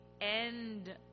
end